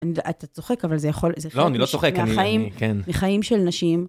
אתה צוחק, אבל זה יכול... לא, אני לא צוחק, אני... כן. זה חיים של נשים.